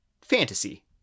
fantasy